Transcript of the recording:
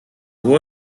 vou